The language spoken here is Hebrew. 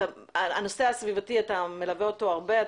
הנושא הסביבתי, אתה מלווה אותו הרבה.